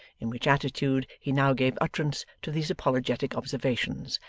in which attitude he now gave utterance to these apologetic observations,